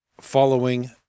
following